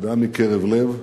תודה מקרב לב,